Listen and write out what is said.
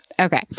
Okay